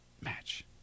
match